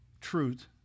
truth